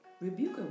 Rebuke